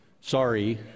Sorry